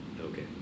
Okay